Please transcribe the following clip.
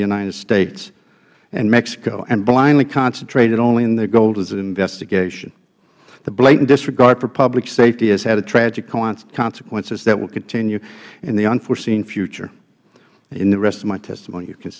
united states and mexico and blindly concentrated only on the goals of the investigation the blatant disregard for public safety has had tragic consequences that will continue in the unforeseen future and the rest of my testimony you can